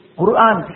Quran